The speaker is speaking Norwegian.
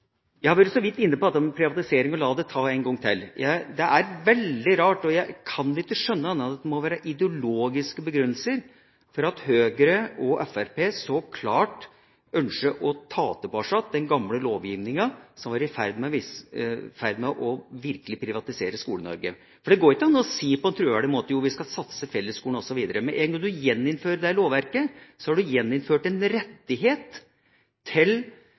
Jeg har så vidt vært inne på dette med privatisering, og tar det en gang til. Det er veldig rart, og jeg kan ikke skjønne annet enn at det må være ideologiske begrunnelser for at Høyre og Fremskrittspartiet så klart ønsker å ta tilbake igjen den gamle lovgivninga som var i ferd med virkelig å privatisere Skole-Norge. Det går ikke an å si på en troverdig måte at jo, vi skal satse på fellesskolen osv. Med en gang du gjeninnfører det lovverket, har du gjeninnført en rettighet for aktører til